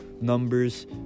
numbers